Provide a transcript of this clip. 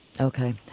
Okay